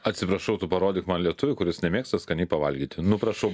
atsiprašau tu parodyk man lietuvį kuris nemėgsta skaniai pavalgyti nu prašau